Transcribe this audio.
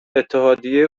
اتحادیه